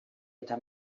eta